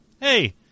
Hey